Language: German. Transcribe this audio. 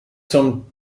zum